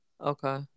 Okay